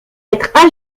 être